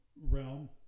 realm